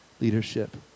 leadership